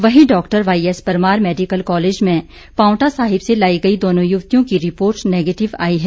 वहीं Dr YS Parmar medical college में पांवटा साहिब से लाई गई दोनों युवतियों की रिपोर्ट निगेटिव आई है